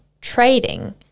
trading